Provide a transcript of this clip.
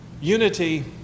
Unity